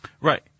Right